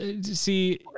See